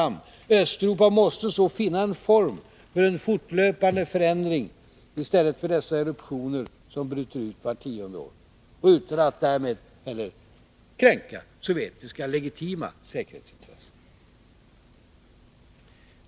Östeuropa måste — utan att därmed kränka sovjetiska legitima säkerhetsintressen — finna en form för en fortlöpande förändring i stället för dessa eruptioner som bryter ut vart tionde år.